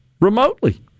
remotely